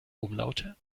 umlaute